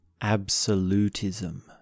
absolutism